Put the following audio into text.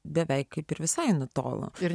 beveik kaip ir visai nutolo ir